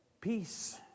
Peace